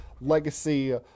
legacy